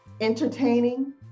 Entertaining